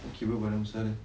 okay apa badan besar dia